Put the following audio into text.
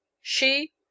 She